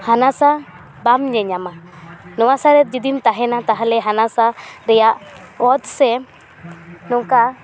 ᱦᱟᱱᱟ ᱥᱟᱦ ᱵᱟᱢ ᱧᱮᱞ ᱧᱟᱢᱟ ᱱᱷᱟᱣᱟ ᱥᱟᱦ ᱨᱮᱢ ᱛᱟᱦᱮᱱᱟ ᱛᱟᱦᱚᱞᱮ ᱦᱟᱱᱟ ᱥᱟᱦ ᱨᱮᱭᱟᱜ ᱚᱛ ᱥᱮ ᱱᱚᱝᱠᱟ